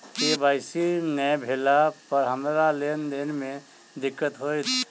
KYC नै भेला पर हमरा लेन देन मे दिक्कत होइत?